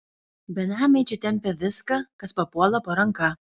benamiai čia tempia viską kas papuola po ranka